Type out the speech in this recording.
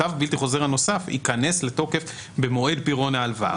והמוטב הבלתי חוזר הנוסף ייכנס לתוקף במועד פירעון ההלוואה.